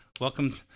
Welcome